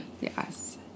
Yes